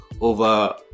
over